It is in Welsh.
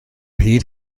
hyd